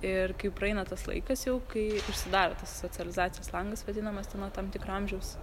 ir kai praeina tas laikas jau kai užsidaro socializacijos langas vadinamas ten nuo tam tikro amžiaus